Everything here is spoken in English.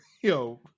yo